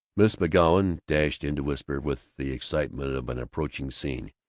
miss mcgoun dashed in to whisper, with the excitement of an approaching scene,